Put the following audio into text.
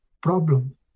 problem